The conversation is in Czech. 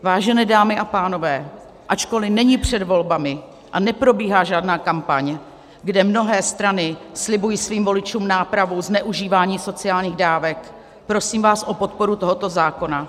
Vážené dámy a pánové, ačkoliv není před volbami a neprobíhá žádná kampaň, kde mnohé strany slibují svým voličům nápravu zneužívání sociálních dávek, prosím vás o podporu tohoto zákona.